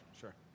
Sure